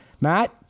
Matt